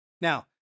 Now